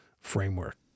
framework